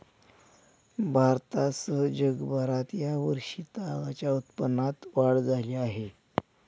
भारतासह जगभरात या वर्षी तागाच्या उत्पादनात वाढ झाली आहे